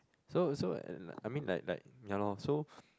so so like I mean like like ya lor so